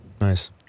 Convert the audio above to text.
Nice